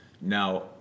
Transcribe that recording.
Now